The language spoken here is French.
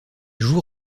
joue